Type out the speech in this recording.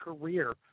career –